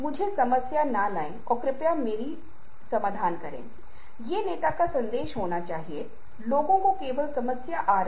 आइए हम कहते हैं जिन शहरों में जगह नहीं है हो सकता है कि लोग इस तरह से हाथ मिलाएं